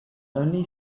only